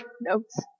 notes